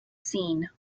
scene